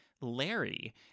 Larry